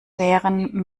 wären